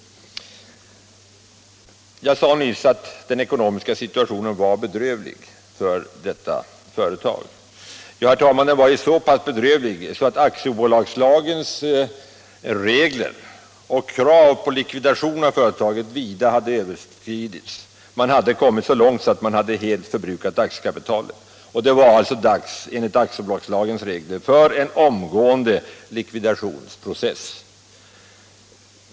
Jag sade nyss att den ekonomiska situationen var bedrövlig för detta företag. Ja, herr talman, den var så bedrövlig att aktiekapitalet helt hade förbrukats. Det var alltså enligt aktiebolagslagens regler dags för en omgående likvidation.